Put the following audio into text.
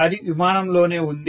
అది విమానంలోనే ఉంది